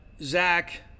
Zach